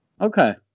Okay